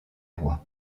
rois